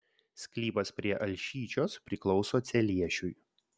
sklypas prie alšyčios priklauso celiešiui